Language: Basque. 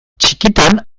txikitan